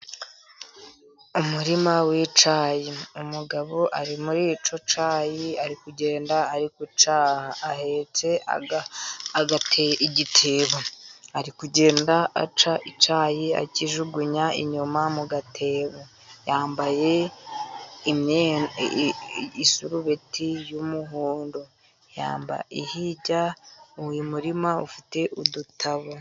Umurima w'icyayi, umugabo ari muri icyo cyayi ari kugenda agica ahetse igitebo ari kugenda aca icyayi akijugunya inyuma mu gatebo, yambaye isurubeti y'umuhondo hirya mu murima ufite udutabo.